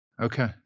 Okay